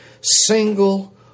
single